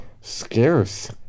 scarce